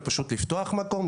ופשוט לפתוח מקום,